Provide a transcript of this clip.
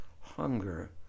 hunger